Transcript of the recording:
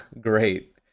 great